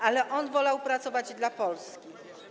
Ale on wolał pracować dla Polski.